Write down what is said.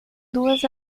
duas